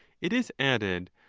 it is added,